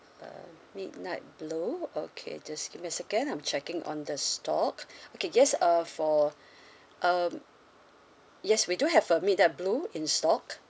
uh midnight blue okay just give me a second I'm checking on the stock okay yes uh for um yes we do have a midnight blue in stock